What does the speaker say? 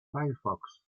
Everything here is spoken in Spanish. firefox